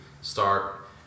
start